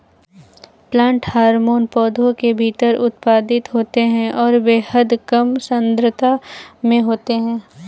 plant hormone पौधों के भीतर उत्पादित होते हैंऔर बेहद कम सांद्रता में होते हैं